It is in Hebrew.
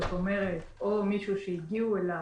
כלומר או מישהו שהגיעו אליו,